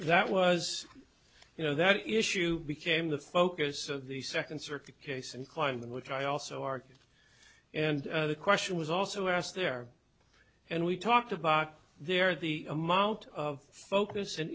that was you know that issue became the focus of the second circuit case and climb in which i also argued and the question was also asked there and we talked about there the amount of focus